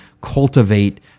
cultivate